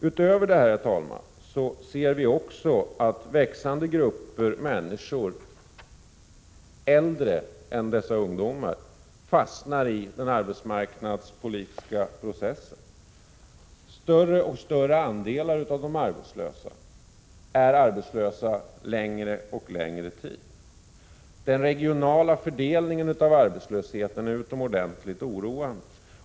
Utöver detta, herr talman, ser vi också att växande grupper människor som är äldre än dessa ungdomar, fastnar i den arbetsmarknadspolitiska processen. Större och större andelar av de arbetslösa är arbetslösa längre och längre tid. Den regionala fördelningen av arbetslösheten är utomordentligt oroande.